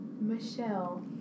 Michelle